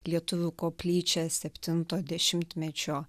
lietuvių koplyčia septinto dešimtmečio